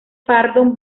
pardo